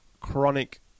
chronic